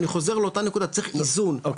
אני חוזר לאותה נקודה צריך איזון,